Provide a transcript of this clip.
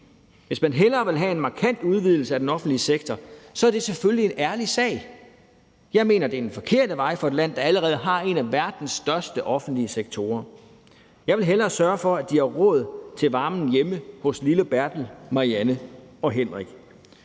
Hvis man hellere vil have en markant udvidelse af den offentlige sektor, er det selvfølgelig en ærlig sag. Jeg mener, det er den forkerte vej for et land, der allerede har en af verdens største offentlige sektorer. Jeg vil hellere sørge for, at de har råd til varmen hjemme hos lille Bertel, Marianne og Henrik.